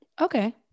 Okay